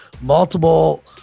multiple